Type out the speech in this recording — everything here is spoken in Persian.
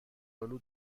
آلو